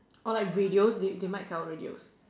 or like radios they they might sell radios